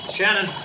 Shannon